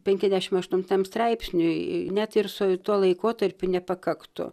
penkiasdešim aštuntam straipsniui net ir su tuo laikotarpiu nepakaktų